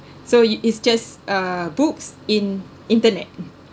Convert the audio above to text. so you it's just uh books in internet